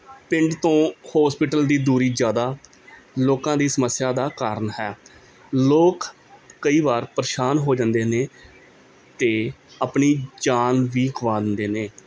ਪਿੰਡ ਤੋਂ ਹੋਸਪਿਟਲ ਦੀ ਦੂਰੀ ਜ਼ਿਆਦਾ ਲੋਕਾਂ ਦੀ ਸਮੱਸਿਆ ਦਾ ਕਾਰਨ ਹੈ ਲੋਕ ਕਈ ਵਾਰ ਪਰੇਸ਼ਾਨ ਹੋ ਜਾਂਦੇ ਨੇ ਅਤੇ ਆਪਣੀ ਜਾਨ ਵੀ ਗਵਾ ਦਿੰਦੇ ਨੇ